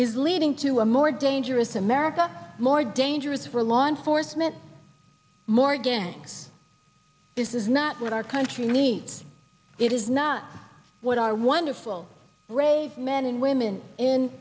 is leading to a more dangerous america more dangerous for law enforcement more again this is not what our country needs it is not what our wonderful brave men and women in